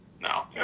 no